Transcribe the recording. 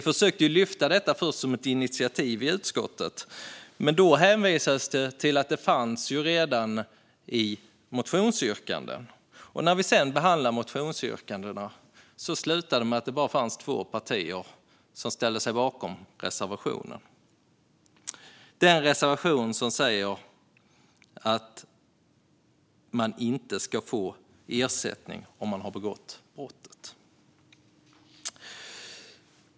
Vi försökte först lyfta fram det som ett initiativ i utskottet, men då hänvisades det till att det redan fanns i motionsyrkanden. När vi sedan behandlade motionsyrkandena slutade det med att det bara fanns två partier som ställde sig bakom reservationen, den reservation som säger att man inte ska få ersättning om man har begått brottet.